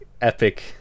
epic